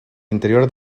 interior